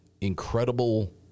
incredible